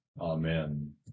amen